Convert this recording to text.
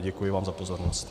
Děkuji vám za pozornost.